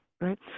right